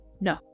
no